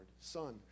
Son